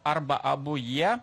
arba abu jie